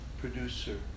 producer